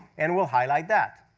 and we'll highlight that.